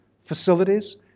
facilities